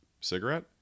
cigarette